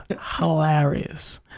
hilarious